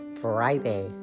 Friday